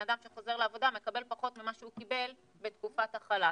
אדם שחוזר לעבודה מקבל פחות ממה שהוא קיבל בתקופת החל"ת.